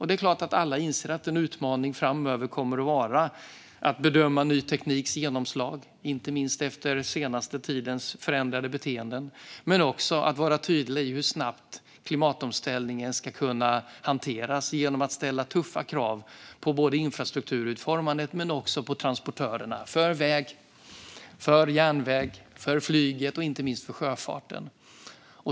Det är klart att alla inser att en utmaning framöver kommer att vara att bedöma ny tekniks genomslag, inte minst efter den senaste tidens förändrade beteenden, men också vara tydlig om hur klimatomställningen snabbt ska kunna hanteras genom att ställa tuffa krav på infrastrukturutformningen men också på transportörerna för väg, för järnväg, för flyg och inte minst för sjöfart.